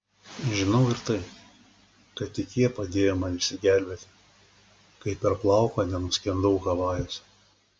žinau ir tai kad tik jie padėjo man išsigelbėti kai per plauką nenuskendau havajuose